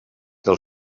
del